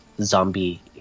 zombie